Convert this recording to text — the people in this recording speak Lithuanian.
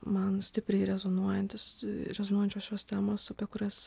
man stipriai rezonuojantis rezonuojančios šios temos apie kurias